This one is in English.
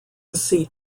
seat